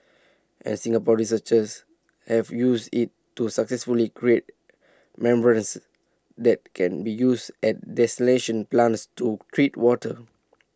and Singapore researchers have used IT to successfully create membranes that can be used at desalination plants to treat water